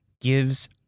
gives